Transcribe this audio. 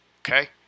Okay